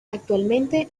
actualmente